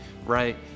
right